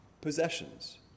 possessions